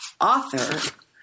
author